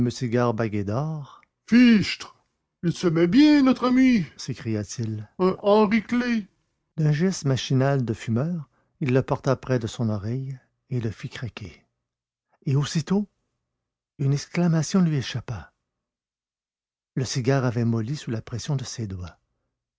cigare bagué d'or fichtre il se met bien notre ami s'écria-t-il un henri clet d'un geste machinal de fumeur il le porta près de son oreille et le fit craquer et aussitôt une exclamation lui échappa le cigare avait molli sous la pression de ses doigts